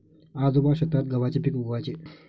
आजोबा शेतात गव्हाचे पीक उगवयाचे